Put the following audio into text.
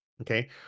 okay